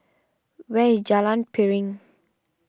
where is Jalan Piring